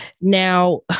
Now